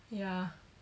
ya